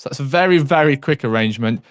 so it's a very very quick arrangement,